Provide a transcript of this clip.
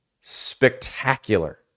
spectacular